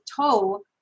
toe